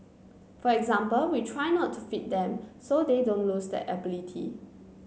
for example we try not to feed them so they don't lose that ability